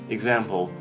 Example